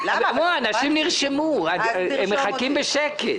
אנשים נרשמו, הם מחכים בשקט.